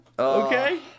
Okay